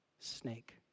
snake